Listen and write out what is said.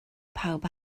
pawb